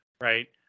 Right